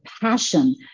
passion